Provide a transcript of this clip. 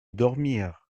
dormir